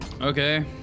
Okay